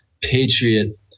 patriot